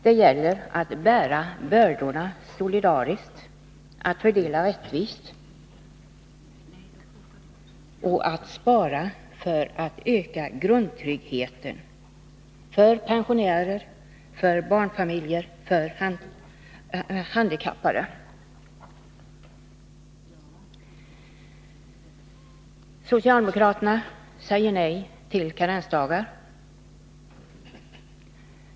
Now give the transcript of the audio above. Det gäller att bära bördorna solidariskt, att fördela rättvist och att spara för att öka grundtryggheten för pensionärer, barnfamiljer och handikappade. Socialdemokraterna säger nej till karensdagar.